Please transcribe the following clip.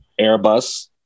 Airbus